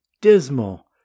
dismal